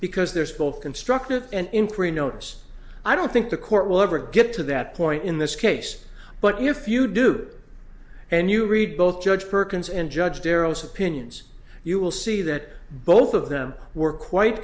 because there's both constructive and increased notice i don't think the court will ever get to that point in this case but if you do and you read both judge perkins and judge barrows opinions you will see that both of them were quite